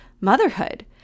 motherhood